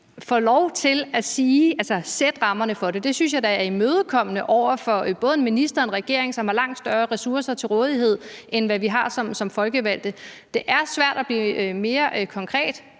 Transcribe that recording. får lov til at sætte rammerne for det. Det synes jeg da er imødekommende over for både ministeren og regeringen, som har langt større ressourcer til rådighed, end hvad vi har som folkevalgte. Det er svært at blive mere konkret,